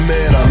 Man